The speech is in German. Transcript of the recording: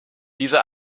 diese